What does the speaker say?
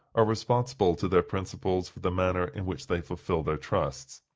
are responsible to their principals for the manner in which they fulfill their trusts.